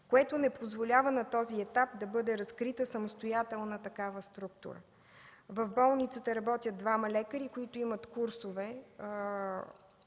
което не позволява на този етап да бъде разкрита самостоятелна такава структура. В болницата работят двама лекари, които имат курсове